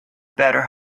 better